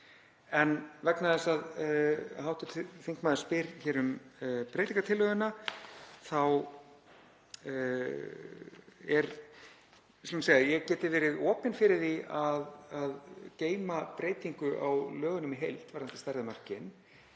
En vegna þess að hv. þingmaður spyr um breytingartillöguna þá skulum við segja að ég geti verið opinn fyrir því að geyma breytingu á lögunum í heild varðandi stærðarmörkin